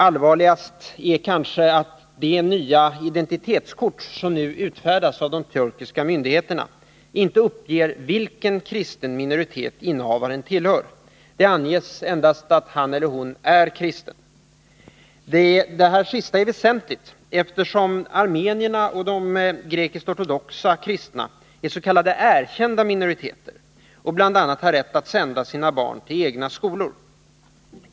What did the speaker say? Allvarligast är kanske att de nya identitetskort som nu utfärdas av de turkiska myndigheterna inte uppger vilken kristen minoritet innehavaren tillhör. Det anges endast att han eller hon är kristen. Det sistnämnda är väsentligt, eftersom armenierna och de grekiskortodoxa kristna är s.k. erkända minoriteter och bl.a. har rätt att sända sina barn till egna skolor.